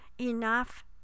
enough